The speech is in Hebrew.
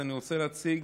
אני רוצה להציג